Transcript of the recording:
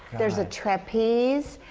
there's a trapeze.